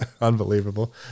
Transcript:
Unbelievable